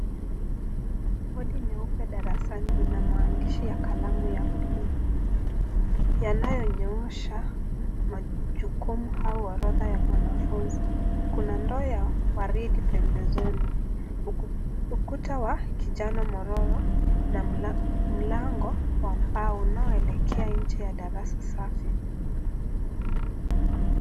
Bodi nyeupe darasani lina maandishi ya kalamu ya blue yanayonyoosha majukumu au orodha ya mwanafunzi. Kuna ndoo ya waridi pembezoni ukuta wa kijana morowa na mlango wa mbao unaoelekea nje ya darasa safi.